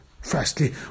firstly